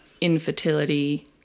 infertility